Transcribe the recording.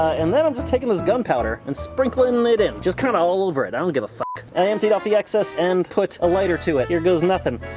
and then i'm just taking this gun powder and sprinkling it in. just kind all over it i don't give a f ah ck. and i emptied off the excess and put a lighter to it here goes nothing.